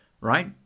right